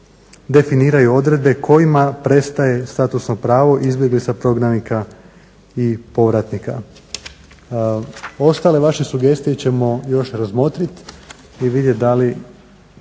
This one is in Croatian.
definiraju odredbe kojima prestaje statusno pravo izbjeglica, prognanika i povratnika. Ostale vaše sugestije ćemo još razmotriti i vidjeti da li